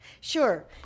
sure